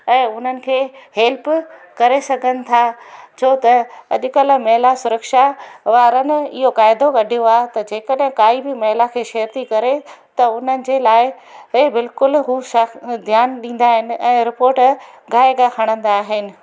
ऐं उन्हनि खे हेल्प करे सघनि था छो त अॼुकल्ह महिला सुरक्षा वारनि इहो क़ाइदो कढियो आहे त जे कॾहिं का बि महिला खे छेड़ थी करे त हुनजे लाइ ए बिल्कुलु हू सख़्त ध्यानु ॾींदा आहिनि ऐं एयरपॉट गा ए गा खणंदा आहिनि